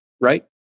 right